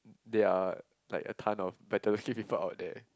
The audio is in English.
there are like a ton of better looking people out there